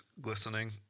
glistening